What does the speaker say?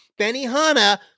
Benihana